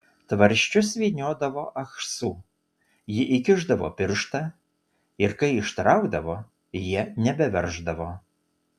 tvarsčius vyniodavo ahsu ji įkišdavo pirštą ir kai ištraukdavo jie nebeverždavo